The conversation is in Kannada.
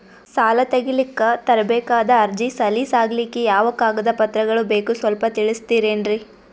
ಸಾಲ ತೆಗಿಲಿಕ್ಕ ತರಬೇಕಾದ ಅರ್ಜಿ ಸಲೀಸ್ ಆಗ್ಲಿಕ್ಕಿ ಯಾವ ಕಾಗದ ಪತ್ರಗಳು ಬೇಕು ಸ್ವಲ್ಪ ತಿಳಿಸತಿರೆನ್ರಿ?